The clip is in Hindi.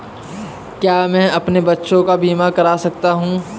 क्या मैं अपने बच्चों का बीमा करा सकता हूँ?